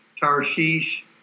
Tarshish